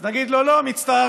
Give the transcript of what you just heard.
אז נגיד לו: לא, מצטערים.